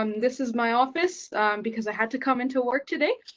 um this is my office because i had to come into work today.